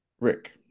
Rick